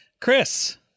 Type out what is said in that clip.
Chris